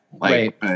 Right